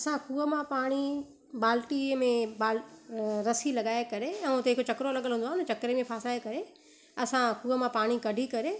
असां खूअं मां पाणी बाल्टीअ में बाल रसी लॻाए करे ऐं हुते हिक चक्रो लॻल हूंदो आहे हुन चक्रे खे फसांए करे असां खूअं मां पाणी कढी करे